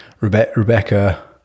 Rebecca